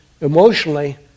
emotionally